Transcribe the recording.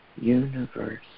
universe